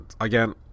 again